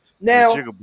Now